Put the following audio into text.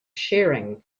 sharing